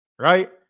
right